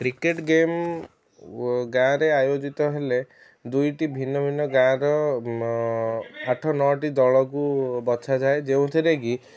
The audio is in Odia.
କ୍ରିକେଟ୍ ଗେମ୍ ଗାଁରେ ଆୟୋଜିତ ହେଲେ ଦୁଇଟି ଭିନ୍ନଭିନ୍ନ ଗାଁର ଆଠ ନଅଟି ଦଳକୁ ବଛାଯାଏ ଯେଉଁଥିରେକି